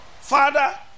Father